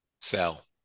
Sell